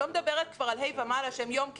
ואני לא מדברת כבר על כיתות ה' ומעלה שהם יום כן,